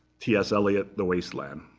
ts eliot, the waste land,